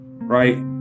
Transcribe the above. right